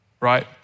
Right